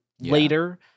later